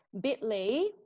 bit.ly